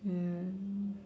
ya